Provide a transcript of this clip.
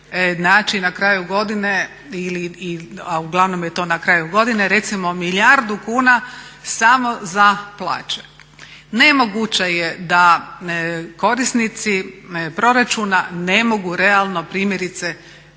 način na kraju godine, a uglavnom je to na kraju godine, recimo milijardu kuna samo za plaće. Nemoguće je da korisnici proračuna ne mogu realno primjerice